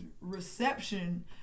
reception